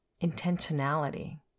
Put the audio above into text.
intentionality